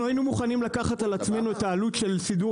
אנחנו היינו מוכנים לקחת על עצמנו את העלות של סידור